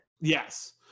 Yes